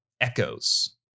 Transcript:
echoes